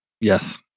yes